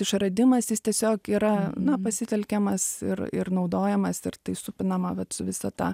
išradimas jis tiesiog yra na pasitelkiamas ir ir naudojamas ir tai supinama vat su visata